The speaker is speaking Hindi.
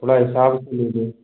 थोड़ा हिसाब से ले लो